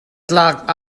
tlak